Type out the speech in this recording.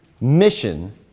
mission